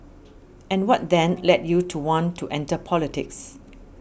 and what then led you to want to enter politics